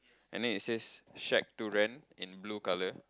and then it is shake durian in blue colour